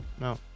no